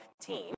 team